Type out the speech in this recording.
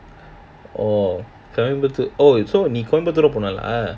orh Coimbatore oh so நீ கோயம்பத்தூர் எச் போன:nii kooyampaththuur ech poona lah